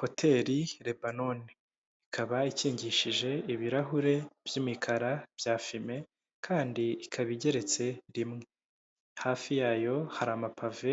Hoteri Rebanone, ikaba ikingishije ibirahure by'imikara bya fime kandi ikaba igeretse rimwe, hafi yayo hari amapave